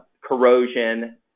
corrosion